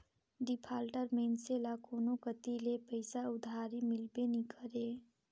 defaulter मइनसे ल कोनो कती ले पइसा उधारी मिलबे नी करे